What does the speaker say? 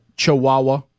Chihuahua